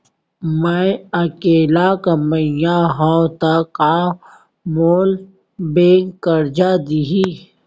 मैं अकेल्ला कमईया हव त का मोल बैंक करजा दिही?